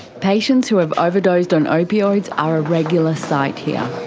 patients who have overdosed on opioids are a regular sight here.